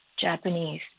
Japanese